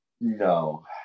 No